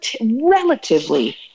relatively